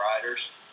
riders